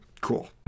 Cool